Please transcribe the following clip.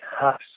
half